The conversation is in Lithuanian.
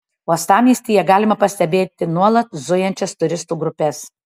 uostamiestyje galima pastebėti nuolat zujančias turistų grupes